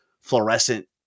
fluorescent